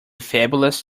fabulous